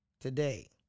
today